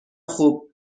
خوب